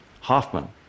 Hoffman